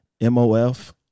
MOF